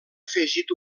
afegit